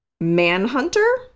Manhunter